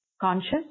Conscious